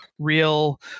real